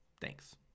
Thanks